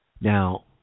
Now